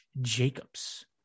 Jacobs